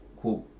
quote